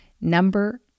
Number